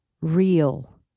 real